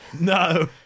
No